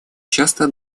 часто